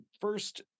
first